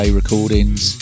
recordings